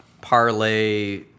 parlay